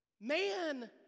Man